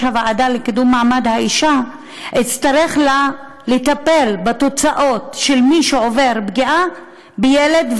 הוועדה לקידום מעמד האישה אצטרך לטפל בתוצאות של מי שעובר פגיעה בילד,